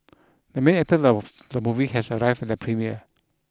the main actor of the movie has arrived the premiere